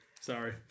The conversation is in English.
sorry